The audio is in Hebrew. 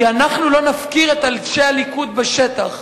כי אנחנו לא נפקיר את אנשי הליכוד בשטח.